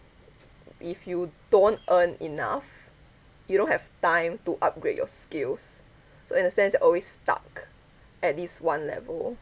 if you don't earn enough you don't have time to upgrade your skills so in a sense you're always stuck at this one level